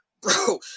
bro